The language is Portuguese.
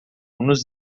nos